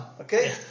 okay